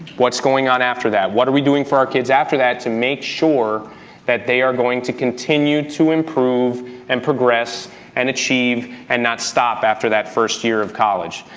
what's going on after that, what are we doing for our kids after that to make sure that they are going to continue to improve and progress and achieve and not stop after that first year of college.